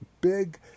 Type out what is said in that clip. big